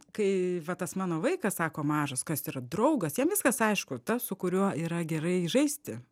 kai va tas mano vaikas sako mažas kas yra draugas jam viskas aišku tas su kuriuo yra gerai žaisti